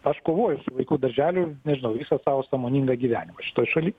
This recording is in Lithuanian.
aš kovoju su vaikų darželiu nežinau visą savo sąmoningą gyvenimą šitoj šaly